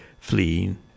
fleeing